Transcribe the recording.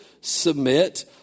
submit